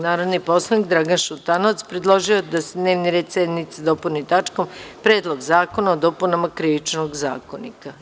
Narodni poslanik Dragan Šutanovac predložio je da se dnevni red sednice dopuni tačkom – Predlog zakona o dopunama Krivičnog zakonika.